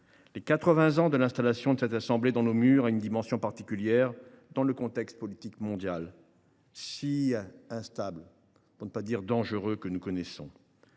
les 80 ans de l’installation de cette assemblée dans nos murs revêt une dimension particulière dans le contexte politique mondial si instable, pour ne pas dire dangereux, que nous connaissons.